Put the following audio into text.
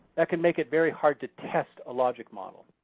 that can make it very hard to test a logic model.